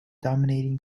dominating